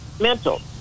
mental